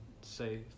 say